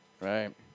Right